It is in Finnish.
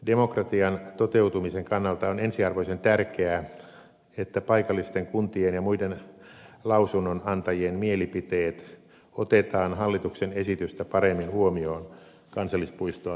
demokratian toteutumisen kannalta on ensiarvoisen tärkeää että paikallisten kuntien ja muiden lausunnonantajien mielipiteet otetaan hallituksen esitystä paremmin huomioon kansallispuistoa perustettaessa